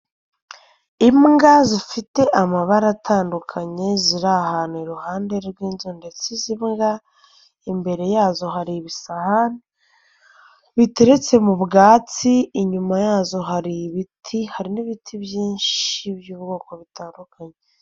Imbwa zifite amabara atandukanye ziri ahantu iruhande rw'inzu ndetse izi mbwa imbere yazo hari ibisahani, biteretse mu bwatsi inyuma yazo hari ibiti hari n'ibiti byinshi by'ubwoko butandukanye.